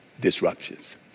disruptions